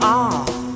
off